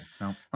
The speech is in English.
No